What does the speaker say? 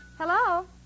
Hello